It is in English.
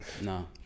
no